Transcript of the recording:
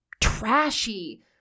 trashy